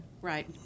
right